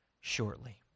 shortly